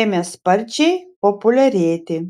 ėmė sparčiai populiarėti